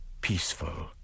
peaceful